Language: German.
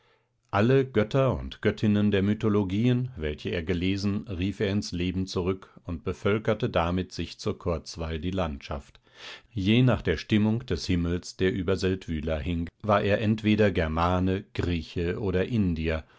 alle götter und göttinnen der mythologien welche er gelesen rief er ins leben zurück und bevölkerte damit sich zur kurzweil die landschaft je nach der stimmung des himmels der über seldwyla hing war er entweder germane grieche oder indier